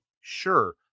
sure